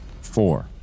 Four